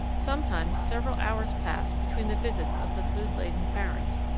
sometimes several hours pass between the visits of the food-laden parents,